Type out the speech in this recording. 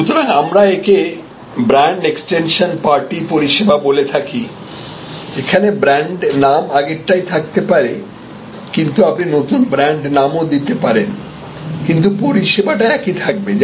সুতরাং আমরা একে ব্র্যান্ড এক্সটেনশান পার্টি পরিষেবা বলে থাকি এখানে ব্র্যান্ড নাম আগেরটাই থাকতে পারে কিংবা আপনি নতুন ব্র্যান্ড নামও দিতে পারেন কিন্তু পরিষেবা টা একই থাকবে